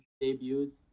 debuts